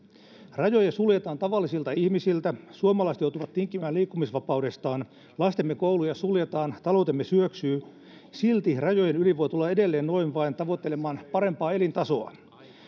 rajoja suljetaan tavallisilta ihmisiltä suomalaiset joutuvat tinkimään liikkumisvapaudestaan lastemme kouluja suljetaan taloutemme syöksyy silti rajojen yli voi tulla edelleen noin vain tavoittelemaan parempaa elintasoa